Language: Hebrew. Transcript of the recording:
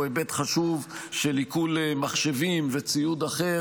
היבט חשוב של עיקול מחשבים וציוד אחר,